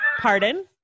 pardon